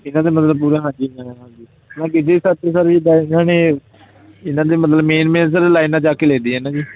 ਇਹਨਾਂ ਦੇ ਮਤਲਬ ਪੂਰਾ ਹਾਂਜੀ ਇਹਨਾਂ ਦੇ ਹਾਂਜੀ ਮਤਲਬ ਕੀ ਜੇ ਧਰਤੀ ਸਰ ਜਿੱਦਾਂ ਇਹਨਾਂ ਨੇ ਇਹਨਾਂ ਨੇ ਮਤਲਬ ਮੇਨ ਮੇਨ ਸਰ ਲਾਈਨਾਂ ਚੁੱਕ ਕੇ ਲਿਖਤੀਆਂ ਇਹਨਾਂ ਜੀ